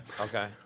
Okay